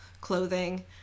clothing